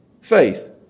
faith